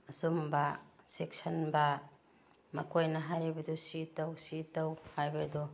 ꯑꯆꯨꯝꯕ ꯆꯦꯛꯁꯤꯟꯕ ꯃꯈꯣꯏꯅ ꯍꯥꯏꯔꯤꯕꯗꯨ ꯁꯤ ꯇꯧ ꯁꯤ ꯇꯧ ꯍꯥꯏꯕꯗꯨ